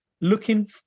looking